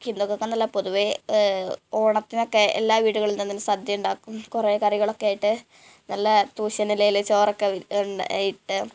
ഹിന്ദുക്കൾക്കെന്നല്ല പൊതുവേ ഓണത്തിനൊക്കെ എല്ലാ വീടുകളിൽ നിന്നും സാദ്യ ഉണ്ടാക്കും കുറേ കറികളൊക്കെ ആയിട്ട് നല്ല തൂശനിലയിൽ ചോറൊക്കെ ഇട്ട്